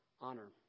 honor